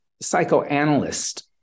psychoanalyst